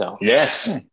Yes